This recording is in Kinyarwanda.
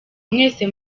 mwese